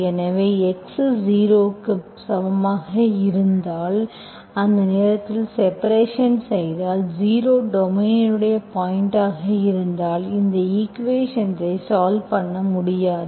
எனவே x 0 க்கு சமமாக இருந்தால் அந்த நேரத்தில் செப்பரேஷன் செய்தால் ஜீரோ டொமைன் இன் பாயிண்ட் ஆக இருந்தால் இந்த ஈக்குவேஷன்ஐ சால்வ் பண்ண முடியாது